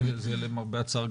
למרבה הצער,